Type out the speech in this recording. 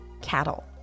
cattle